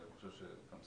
ואני חושב שצדקת,